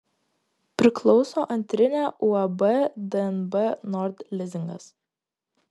priklauso antrinė uab dnb nord lizingas